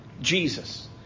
Jesus